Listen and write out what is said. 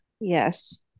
Yes